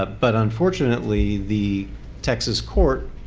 but but unfortunately the texas court